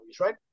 right